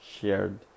shared